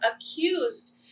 accused